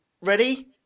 ready